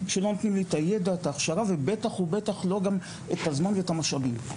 כשלא נותנים לי את הידע וההכשרה ובטח בטח לא את הזמן ואת המשאבים.